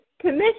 Commission